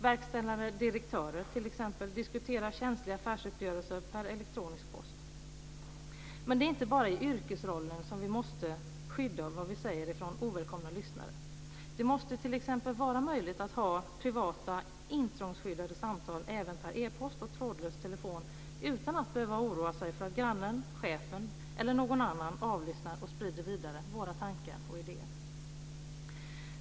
Verkställande direktörer diskuterar känsliga affärsuppgörelser per elektronisk post. Men det är inte bara i yrkesrollen som vi måste skydda vad vi säger från ovälkomna lyssnare. Det måste t.ex. vara möjligt att ha privata, intrångsskyddade samtal även per e-post och trådlös telefon utan att behöva oroa sig för att grannen, chefen eller någon annan avlyssnar och sprider vidare våra tankar och idéer.